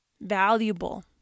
valuable